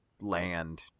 land